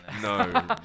no